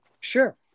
Sure